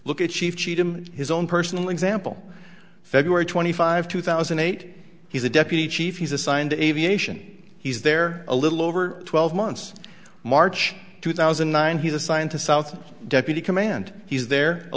look at chief cheatham his own personal example february twenty five two thousand and eight he's a deputy chief he's assigned aviation he's there a little over twelve months march two thousand and nine he's assigned to south deputy command he's there a